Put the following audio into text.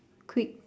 quick